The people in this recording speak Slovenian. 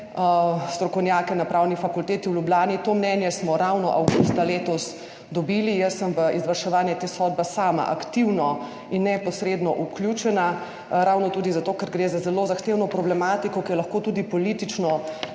strokovnjake na Pravni fakulteti v Ljubljani. To mnenje smo ravno avgusta letos dobili. Jaz sem v izvrševanje te sodbe sama aktivno in neposredno vključena, ravno tudi zato, ker gre za zelo zahtevno problematiko, ki je lahko tudi politično